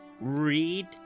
read